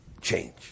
change